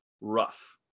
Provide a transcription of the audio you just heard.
rough